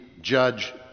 judge